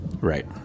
Right